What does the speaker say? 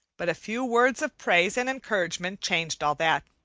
but a few words of praise and encouragement changed all that.